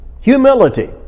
Humility